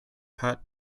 pat